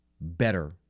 better